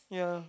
ya